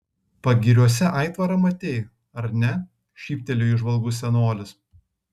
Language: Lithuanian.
pagiriuose aitvarą matei ar ne šyptelėjo įžvalgus senolis